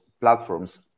platforms